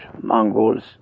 Mongols